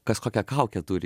kas kokią kaukę turi